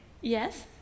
Yes